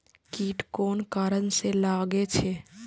कीट कोन कारण से लागे छै?